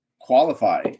qualify